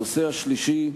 הנושא השלישי,